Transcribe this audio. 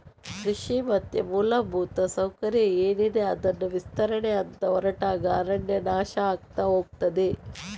ಕೃಷಿ ಮತ್ತೆ ಮೂಲಭೂತ ಸೌಕರ್ಯ ಏನಿದೆ ಅದನ್ನ ವಿಸ್ತರಣೆ ಅಂತ ಹೊರಟಾಗ ಅರಣ್ಯ ನಾಶ ಆಗ್ತಾ ಹೋಗ್ತದೆ